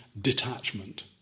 detachment